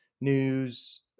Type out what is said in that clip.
news